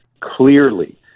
clearly